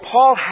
Paul